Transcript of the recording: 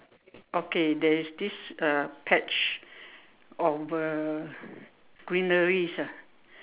okay there is this uh patch of uh greeneries ah